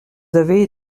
avez